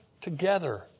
together